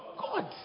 God